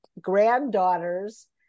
granddaughters